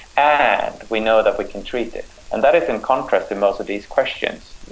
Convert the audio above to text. and we know that we can treat it. and that is in contrast in most of these questions.